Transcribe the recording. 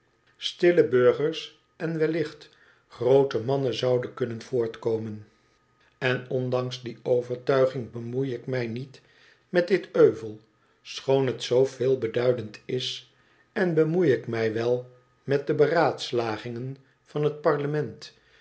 stille burgers en wellicht groote mannen zouden kunnen voortkomen en ondanks die overtuiging bemoei ik mij niet met dit euvel schoon het zoo veelbeduidend is en bemoei ik mij wel met de beraadslagingen van het parlement